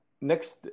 next